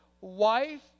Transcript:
wife